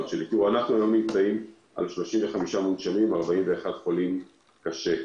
אנחנו עומדים על 35 מונשמים ועל 41 חולים קשה.